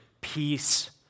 peace